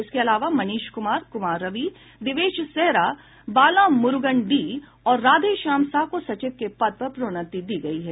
इसके अलावा मनीष कुमार कुमार रवि दिवेश सेहरा बालामुरूगन डी और राधे श्याम साह को सचिव के पद पर प्रोन्नति दी गयी है